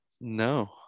No